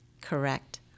Correct